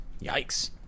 Yikes